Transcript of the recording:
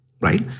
right